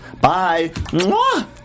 Bye